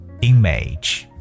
Image